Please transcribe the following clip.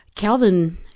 Calvin